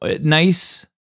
nice